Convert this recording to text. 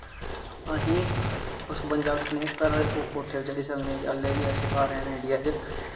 अस उस बंजा कन्नै घरे दे कोठे पर चढ़ी सकने अज्जें बी ऐसे घर हैन इंडिया च